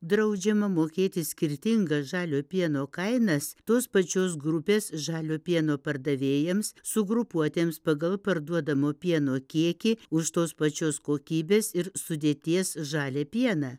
draudžiama mokėti skirtingas žalio pieno kainas tos pačios grupės žalio pieno pardavėjams sugrupuotiems pagal parduodamo pieno kiekį už tos pačios kokybės ir sudėties žalią pieną